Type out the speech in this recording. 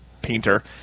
painter